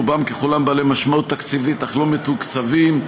רובם ככולם בעלי משמעות תקציבית אך לא מתוקצבים,